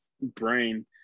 brain